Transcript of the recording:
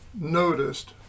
noticed